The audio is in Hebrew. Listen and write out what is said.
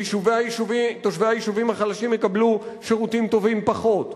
ותושבי היישובים החלשים יקבלו שירותים טובים פחות.